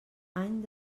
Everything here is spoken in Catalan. any